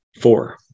Four